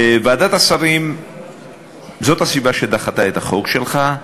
זאת הסיבה שוועדת השרים דחתה את החוק שלך.